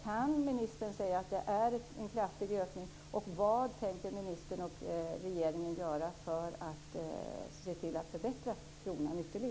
Kan ministern säga att det är fråga om en kraftig ökning?